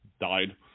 died